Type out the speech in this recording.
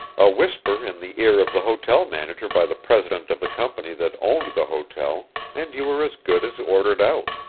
a whisper in the ear of the hotel manager by the president of the company that owned the hotel, and you were as good as ordered out.